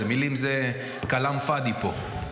מילים זה "כלאם פאדי" פה.